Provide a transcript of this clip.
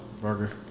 Burger